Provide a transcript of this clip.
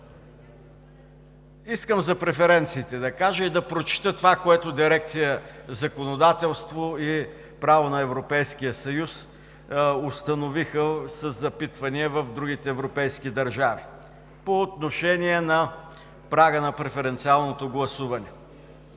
кажа за преференциите и да прочета това, което дирекция „Законодателство и право на Европейския съюз“ установи със запитвания в другите европейски държави по отношение на прага на преференциалното гласуване.